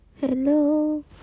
Hello